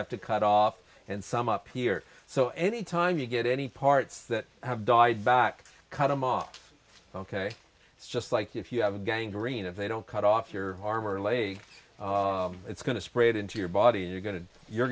have to cut off and some up here so any time you get any parts that have died back cut them off ok it's just like if you have a gang green if they don't cut off your arm or leg it's going to spread into your body and you're going to you're